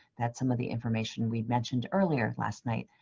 that some of the information we mentioned earlier last night,